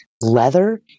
leather